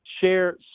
share